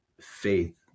faith